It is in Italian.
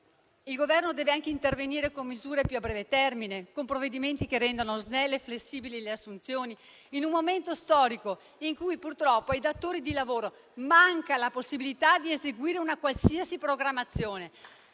Il Governo deve anche intervenire con misure più a breve termine, con provvedimenti che rendano snelle e flessibili le assunzioni. In un momento storico, in cui purtroppo ai datori di lavoro manca la possibilità di eseguire una qualsiasi programmazione,